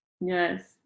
Yes